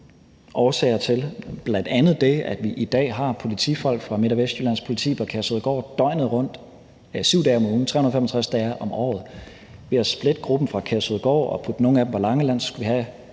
bl.a. det, at vi i dag har politifolk fra Midt- og Vestjyllands Politi på Kærshovedgård døgnet rundt, 7 dage om ugen, 365 dage om året. Ved at splitte gruppen fra Kærshovedgård og flytte nogle af dem til Langeland,